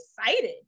excited